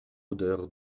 odeur